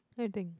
what you think